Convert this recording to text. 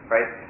Right